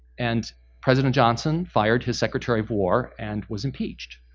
and president johnson fired his secretary of war and was impeached.